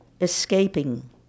escaping